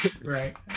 Right